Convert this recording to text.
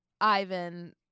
Ivan